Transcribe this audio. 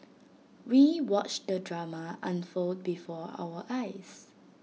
we watched the drama unfold before our eyes